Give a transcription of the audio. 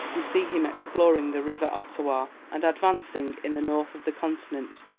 we see him exploring the river ottawa, and advancing, in the north of the continent,